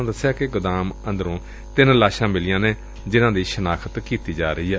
ਉਨ੍ਹਾਂ ਦਸਿਆ ਕਿ ਗੋਦਾਮ ਅੰਦਰੋ ਤਿੰਨ ਲਾਸ਼ਾਂ ਮਿਲੀਆਂ ਨੇ ਜਿਨੂਾਂ ਦੀ ਸ਼ਾਨਖਤ ਕੀਡੀ ਜਾ ਰਹੀ ਏ